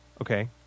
Okay